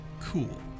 cool